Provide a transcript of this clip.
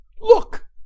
look